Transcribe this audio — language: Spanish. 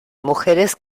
mujeres